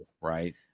right